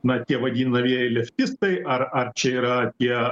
na tie vadinamieji leftistai ar ar čia yra tie